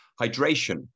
Hydration